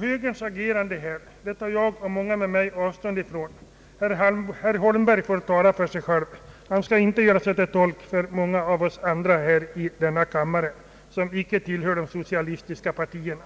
Högerns agerande här tar jag och många med mig avstånd från — herr Holmberg får tala för sig själv, och han skall inte söka göra sig till tolk för de av oss här i kammaren som inte tillhör högern.